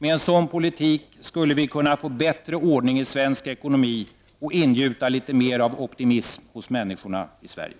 Med en sådan politik skulle vi kunna få bättre ordning i svensk ekonomi och ingjuta litet mer av optimism hos människorna i Sverige.